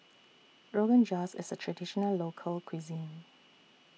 Rogan Josh IS A Traditional Local Cuisine